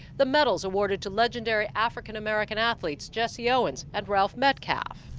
the medals awarded to legendary african american athletes jesse owens and ralph metcalfe.